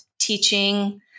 teaching